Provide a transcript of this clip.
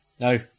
no